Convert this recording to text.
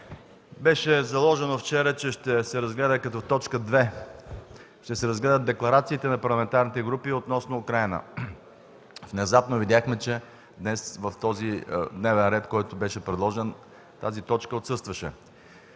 беше заложено, че ще се разгледат като точка втора декларациите на парламентарните групи относно Украйна. Внезапно видяхме, че днес в този дневен ред, който беше предложен, тази точка отсъстваше.